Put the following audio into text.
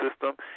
system